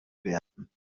werden